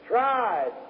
Tried